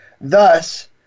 Thus